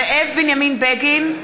זאב בנימין בגין,